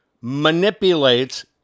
manipulates